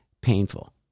painful